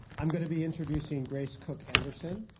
i'm going to be introducing grace kook-anderson,